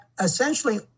essentially